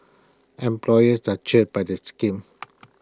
employers are cheered by the schemes